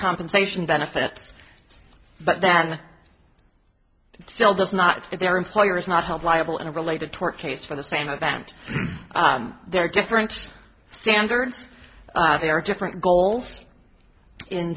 compensation benefits but then still does not their employer is not held liable in a related tort case for the same event there are different standards there are different goals in